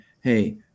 hey